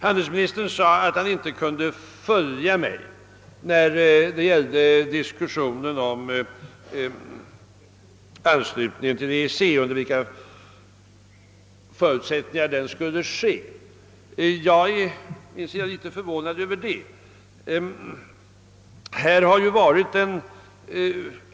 Handelsministern sade att han inte kunde följa mig när det gällde diskussionen om under vilka förutsättningar anslutningen till EEC skulle ske. Jag är litet förvånad häröver.